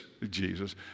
Jesus